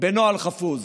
בנוהל חפוז.